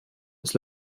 ist